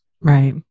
right